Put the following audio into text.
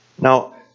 Now